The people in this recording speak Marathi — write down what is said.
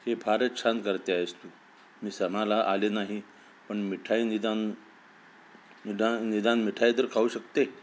हे फारच छान करते आहेस तू मी सणाला आले नाही पण मिठाई निदान निदान निदान मिठाई तर खाऊ शकते